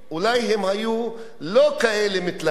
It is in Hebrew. אולי הם היו לא כאלה מתלהמים,